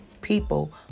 people